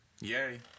Yay